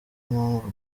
mpamvu